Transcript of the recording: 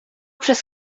przez